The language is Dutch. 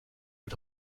uit